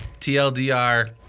TLDR